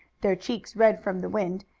their cheeks red from the wind,